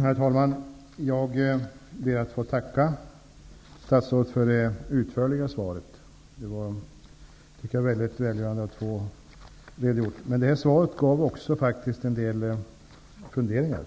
Herr talman! Jag ber att få tacka statsrådet för det utförliga svaret. Det var väldigt välgörande att få redogjort för detta. Svaret gav emellertid också upphov till en del funderingar.